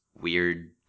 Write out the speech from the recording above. weird